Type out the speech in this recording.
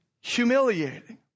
humiliating